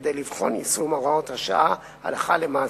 כדי לבחון יישום הוראת השעה הלכה למעשה.